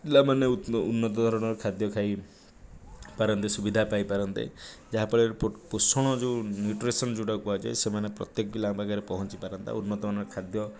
ପିଲାମାନେ ଉନ୍ନତ ଧରଣର ଖାଦ୍ୟ ଖାଇପାରନ୍ତେ ସୁବିଧା ପାଇପାରନ୍ତେ ଯାହାଫଳରେ ପୋଷଣ ଯେଉଁ ନ୍ୟୁଟ୍ରିସନ୍ ଯେଉଁଟାକୁ କୁହାଯାଏ ସେମାନେ ପ୍ରତ୍ୟେକ ପିଲାଙ୍କ ପାଖରେ ପହଞ୍ଚିପାରନ୍ତା ଉନ୍ନତମାନର ଖାଦ୍ୟ